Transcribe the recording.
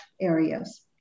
areas